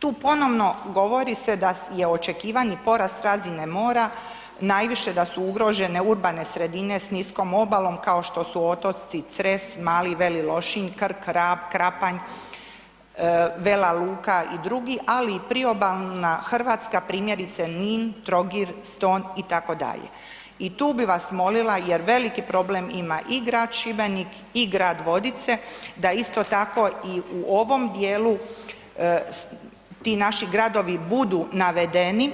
Tu ponovno govori se da je očekivani porast razine mora, najviše da su ugrožene sredine s niskom obalom kao što su otoci Cres, Mali i Veli Lošinj, Krk, Rab, Krapanj, Vela Luka i dr., ali i priobalna Hrvatska, primjerice Nin, Trogir, Ston, itd. i tu bi vas molila jer veliki problem ima i grad Šibenik i grad Vodice da isto tako i u ovom dijelu ti naši gradovi budu navedeni